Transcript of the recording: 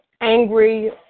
angry